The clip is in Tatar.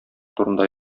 турында